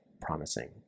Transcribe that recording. promising